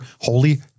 Holy